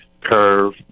curve